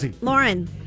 Lauren